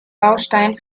baustein